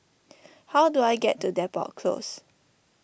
how do I get to Depot Close